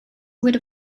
with